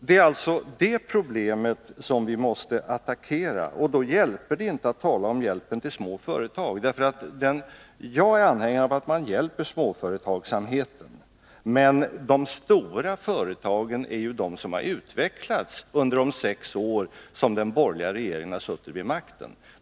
Det är alltså det problemet vi måste attackera, och då hjälper det inte att tala om hjälpen till små företag. Jag är angelägen om att man hjälper småföretagsamheten, men de stora företagen är ju de som har utvecklats under de sex år som den borgerliga regeringen har suttit vid makten.